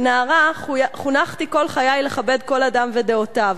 כנערה חונכתי כל חיי לכבד כל אדם ודעותיו,